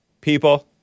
people